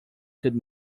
could